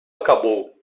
acabou